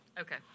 Okay